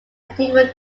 medieval